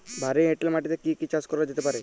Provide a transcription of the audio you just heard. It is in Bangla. ভারী এঁটেল মাটিতে কি কি চাষ করা যেতে পারে?